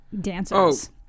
dancers